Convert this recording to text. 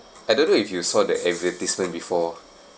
I don't know if you saw the advertisement before